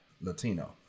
Latino